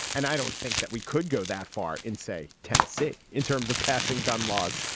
and i don't think that we could go that far in, say, tennessee in terms of passing gun laws.